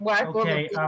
Okay